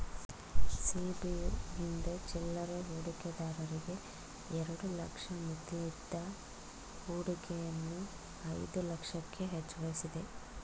ಸಿ.ಬಿ.ಯು ಹಿಂದೆ ಚಿಲ್ಲರೆ ಹೂಡಿಕೆದಾರರಿಗೆ ಎರಡು ಲಕ್ಷ ಮಿತಿಯಿದ್ದ ಹೂಡಿಕೆಯನ್ನು ಐದು ಲಕ್ಷಕ್ಕೆ ಹೆಚ್ವಸಿದೆ